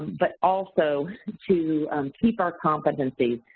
but also to keep our competencies.